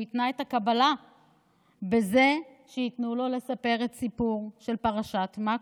הוא התנה את הקבלה בזה שייתנו לו לספר את סיפור פרשת מקוב.